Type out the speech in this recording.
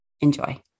Enjoy